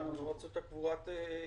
כי הם לא רצו את קבורת סנהדריה.